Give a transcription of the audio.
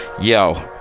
Yo